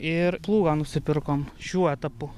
ir plūgą nusipirkom šiuo etapu